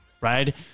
right